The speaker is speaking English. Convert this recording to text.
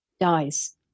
dies